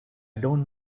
don’t